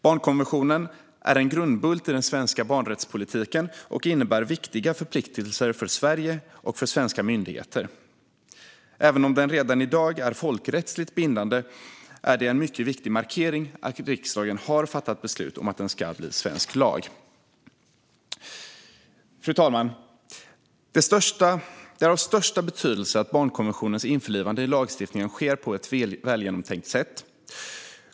Barnkonventionen är en grundbult i den svenska barnrättspolitiken och innebär viktiga förpliktelser för Sverige och för svenska myndigheter. Även om den redan i dag är folkrättsligt bindande är det en mycket viktig markering att riksdagen har fattat beslut om att den ska bli svensk lag. Fru talman! Det är av största betydelse att barnkonventionens införlivande i lagstiftningen sker på ett välgenomtänkt sätt.